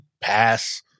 pass